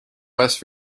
west